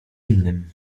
innym